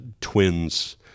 twins